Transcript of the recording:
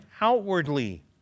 outwardly